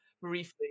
briefly